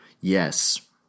Yes